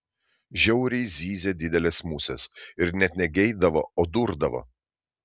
žiauriai zyzė didelės musės ir net ne geidavo o durdavo